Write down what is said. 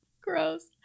Gross